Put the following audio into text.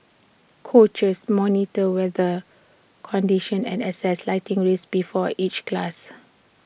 coaches monitor weather conditions and assess lightning risks before each class